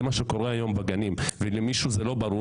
אם למישהו זה לא ברור,